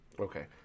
Okay